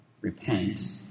repent